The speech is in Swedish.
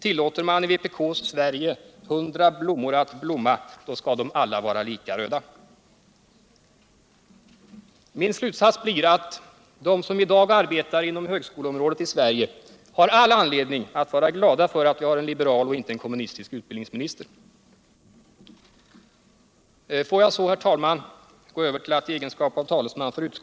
Tillåter man i vpk:s Sverige hundra blommor att blomma, då skall de alla vara lika röda. Min slutsats blir att de som i dag arbetar inom högskoleområdet i Sverige har all anledning att vara glada för att vi har en liberal och inte en kommunistisk utbildningsminister.